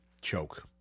choke